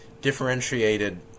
differentiated